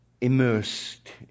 immersed